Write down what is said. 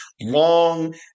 long